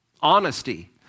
Honesty